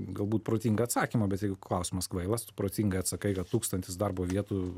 galbūt protingą atsakymą bet jeigu klausimas kvailas protingai atsakai kad tūkstantis darbo vietų